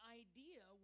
idea